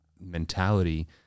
mentality